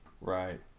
right